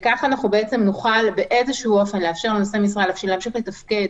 כך נוכל באיזשהו אופן לאפשר לנושאי משרה להמשיך לתפקד